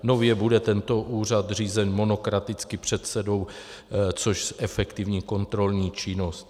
Nově bude tento úřad řízen monokraticky předsedou, což zefektivní kontrolní činnost.